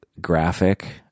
graphic